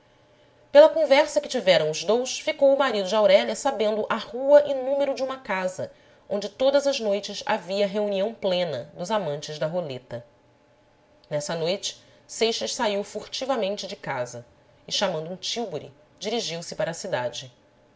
pela conversa que tiveram os dous ficou o marido de aurélia sabendo a rua e número de uma casa onde todas as noites havia reunião plena dos amantes da roleta nessa noite seixas saiu furtivamente de casa e chamando um tílburi dirigiu-se para a cidade